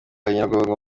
nyiragongo